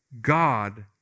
God